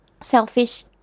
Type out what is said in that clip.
selfish